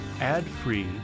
ad-free